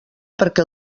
perquè